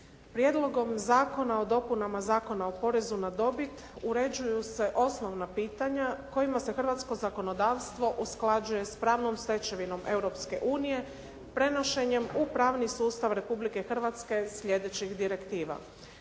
Prijedlogom zakona o dopunama Zakona o porezu na dobit, uređuju se osnovna pitanja kojima se hrvatsko zakonodavstvo usklađuje sa pravnom stečevinom Europske unije, prenošenjem u pravni sustav Republike Hrvatske sljedećih direktiva.